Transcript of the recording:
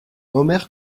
omer